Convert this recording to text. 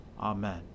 Amen